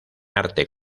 arte